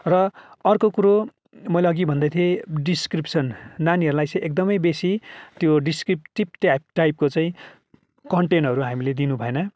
र अर्को कुरो मैले अघि भन्दै थिएँ डिस्क्रिप्सन नानीहरूलाई चाहिँ एकदमै बेसी त्यो डिस्क्रिप्टिप ट्याप टाइपको चाहिँ कन्टेनहरू हामीले दिनुभएन